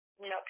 Nope